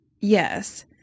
yes